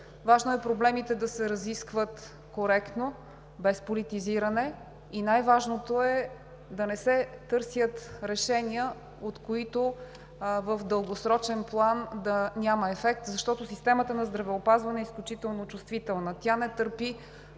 Важно е проблемите да се разискват коректно, без политизиране и най-важно е да не се търсят решения, от които в дългосрочен план да няма ефект, защото системата на здравеопазване е изключително чувствителна.